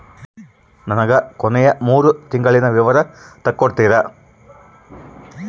ನನಗ ಕೊನೆಯ ಮೂರು ತಿಂಗಳಿನ ವಿವರ ತಕ್ಕೊಡ್ತೇರಾ?